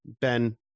Ben